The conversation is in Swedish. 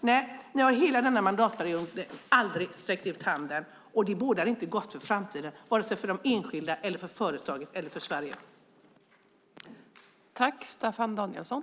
Nej, under hela den här mandatperioden har ni aldrig sträckt ut handen. Det bådar inte gott för framtiden, varken för enskilda, för företag eller för Sverige.